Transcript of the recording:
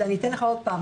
אני אתן לך שוב.